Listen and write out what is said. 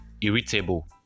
irritable